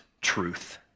truth